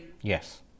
Yes